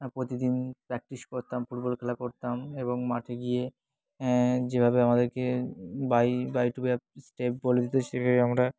প্রতিদিন প্র্যাকটিস করতাম ফুটবল খেলা করতাম এবং মাঠে গিয়ে যেভাবে আমাদেরকে by by to by step বলে দিত সেভাবে আমরা